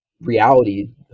reality